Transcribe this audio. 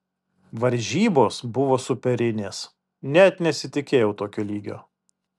varžybos buvo superinės net nesitikėjau tokio lygio